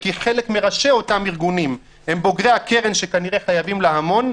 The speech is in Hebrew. כי חלק מראשי אותם ארגונים הם בוגרי הקרן שכנראה חייבים לה המון,